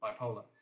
bipolar